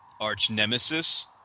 Arch-nemesis